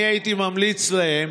אני הייתי ממליץ להם